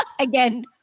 Again